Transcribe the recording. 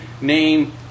name